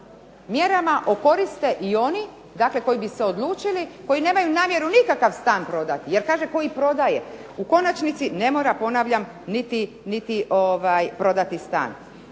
mjerama okoriste i oni koji bi se odlučili, koji nemaju namjeru nikakav stan prodati jer kaže koji prodaje. U konačnici ne mora, ponavljam, niti prodati stan.